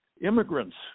Immigrants